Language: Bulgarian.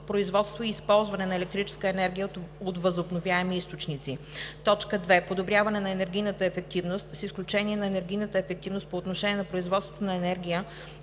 производство и използването на електрическа енергия от възобновяеми източници; 2. подобряване на енергийната ефективност, с изключение на енергийната ефективност по отношение на производството на енергия,